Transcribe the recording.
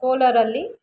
ಕೋಲಾರಲ್ಲಿ